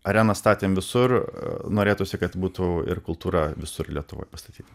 arena statėm visur norėtųsi kad būtų ir kultūra visur lietuvoj pastatyta